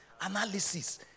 Analysis